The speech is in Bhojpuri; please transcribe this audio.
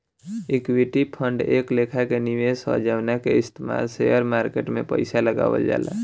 ईक्विटी फंड एक लेखा के निवेश ह जवना के इस्तमाल शेयर मार्केट में पइसा लगावल जाला